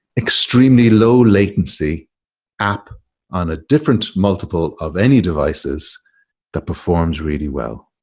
extremely low-latency app on a different multiple of any devices that performs really well.